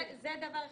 זה דבר אחד.